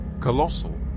colossal